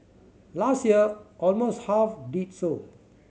last year almost half did so